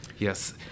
Yes